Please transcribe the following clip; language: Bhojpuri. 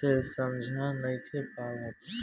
से समझा नइखे पावत